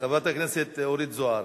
חברת הכנסת אורית זוארץ.